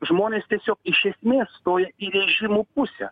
žmonės tiesiog iš esmės stoja į režimų pusę